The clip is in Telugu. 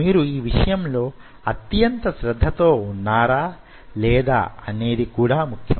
మీరు ఈ విషయంలో అత్యంత శ్రద్ధతో వున్నారా లేదా అనేది ముఖ్యం